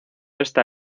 esta